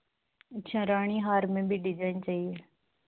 अच्छा रानी हार में भी डिजाइन चाहिए